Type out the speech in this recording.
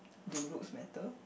do looks matter